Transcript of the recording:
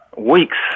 weeks